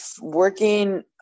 working